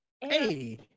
Hey